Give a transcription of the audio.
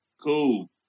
cool